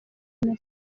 messi